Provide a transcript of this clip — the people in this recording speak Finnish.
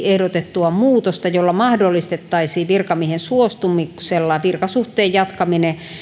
ehdotettua muutosta jolla mahdollistettaisiin virkamiehen suostumuksella virkasuhteen jatkaminen